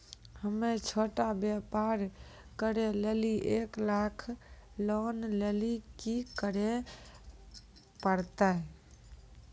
हम्मय छोटा व्यापार करे लेली एक लाख लोन लेली की करे परतै?